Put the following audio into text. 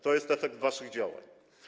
To jest efekt waszych działań.